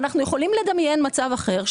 אנחנו יכולים לדמיין מצב אחר,